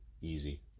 easy